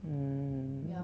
mm